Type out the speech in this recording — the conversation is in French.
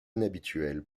inhabituelle